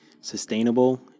sustainable